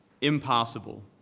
Impossible